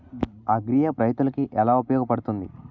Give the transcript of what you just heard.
Agri app రైతులకి ఏలా ఉపయోగ పడుతుంది?